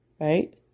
right